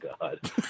God